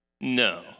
No